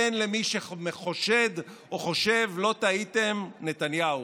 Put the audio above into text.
כן, למי שחושד או חושב, לא טעיתם: נתניהו.